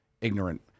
ignorant